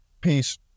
peace